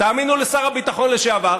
תאמינו לשר הביטחון לשעבר,